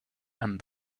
and